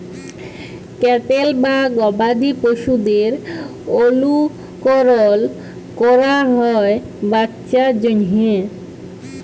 cattle বা গবাদি পশুদের অলুকরল ক্যরা হ্যয় বাচ্চার জ্যনহে